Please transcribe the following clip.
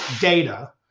data